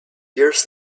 years